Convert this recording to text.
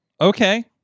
Okay